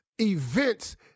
events